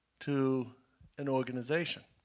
to an organization.